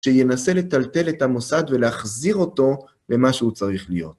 שינסה לטלטל את המוסד ולהחזיר אותו למה שהוא צריך להיות.